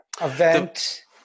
event